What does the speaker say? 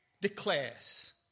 declares